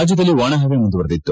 ರಾಜ್ಯದಲ್ಲಿ ಒಣಹವೆ ಮುಂದುವರೆದಿತ್ತು